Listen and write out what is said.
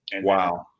Wow